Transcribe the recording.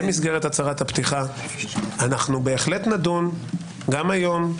במסגרת הצהרת הפתיחה: אנחנו בהחלט נדון גם היום,